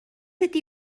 ydy